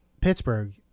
Pittsburgh